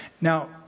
Now